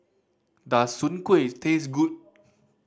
does Soon Kuih taste good